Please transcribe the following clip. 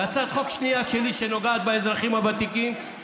זו הצעת חוק שנייה שלי שנוגעת באזרחים הוותיקים,